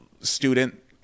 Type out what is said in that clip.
student